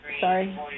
Sorry